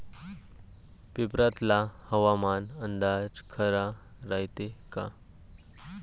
पेपरातला हवामान अंदाज खरा रायते का?